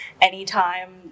anytime